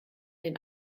den